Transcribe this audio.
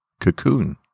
Cocoon